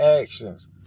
actions